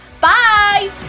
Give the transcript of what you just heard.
Bye